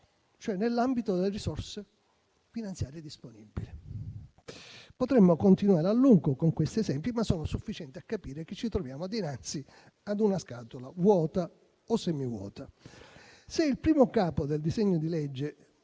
cioè nell'ambito delle risorse finanziarie disponibili. Potremmo continuare a lungo con questi esempi, ma sono sufficienti a capire che ci troviamo dinanzi a una scatola vuota o semivuota. Se il I Capo del disegno di legge